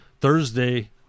Thursday